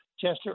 chester